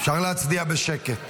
אפשר להצדיע בשקט.